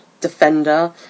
defender